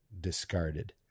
discarded